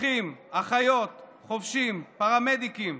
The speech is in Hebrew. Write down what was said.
אחים, אחיות, חובשים, פרמדיקים,